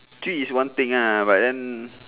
tree is one thing ah but then